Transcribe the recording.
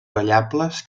ballables